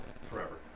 forever